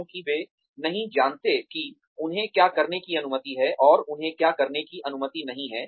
क्योंकि वे नहीं जानते कि उन्हें क्या करने की अनुमति है और उन्हें क्या करने की अनुमति नहीं है